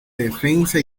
defensa